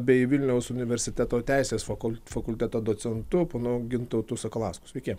bei vilniaus universiteto teisės fakul fakulteto docentu ponu gintautu sakalausku sveiki